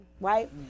right